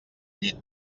llit